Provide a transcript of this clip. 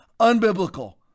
unbiblical